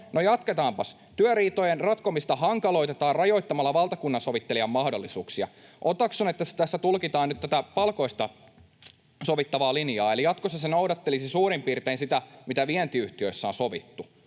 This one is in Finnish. jatketaanpas: ”Työriitojen ratkomista hankaloitetaan rajoittamalla valtakunnansovittelijan mahdollisuuksia.” Otaksun, että tässä tulkitaan nyt tätä palkoista sovittavaa linjaa, eli jatkossa se noudattelisi suurin piirtein sitä, mitä vientiyhtiöissä on sovittu.